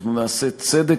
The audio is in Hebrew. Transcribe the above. ואנחנו נעשה צדק,